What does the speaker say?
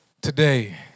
today